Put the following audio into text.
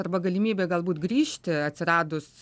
arba galimybė galbūt grįžti atsiradus